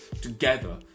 together